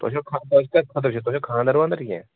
تۄہہِ خٲطرٕ چھِ تۄہہِ چھا خانٛدَر وانٛدَر کیٚنہہ